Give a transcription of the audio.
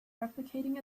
replicating